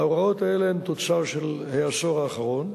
ההוראות האלה הן תוצר של העשור האחרון,